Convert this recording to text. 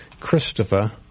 Christopher